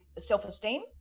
self-esteem